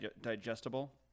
digestible